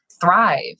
thrive